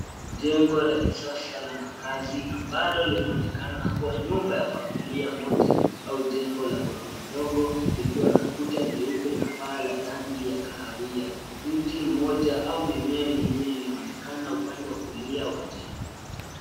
Jengo la kisasa la makazi, ambalo linaonekana kua nyumba ya familia moja au jengo la ghorofa ndogo, likiwa na kuta nyeupe, na paa la rangi ya kahawia. Mti mmoja au mimea mingine inaonekana upande wa kulia wa jengo.